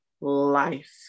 life